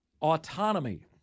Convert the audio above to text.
Autonomy